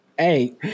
Hey